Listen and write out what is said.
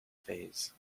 fays